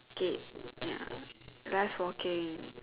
skate ya less walking